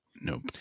Nope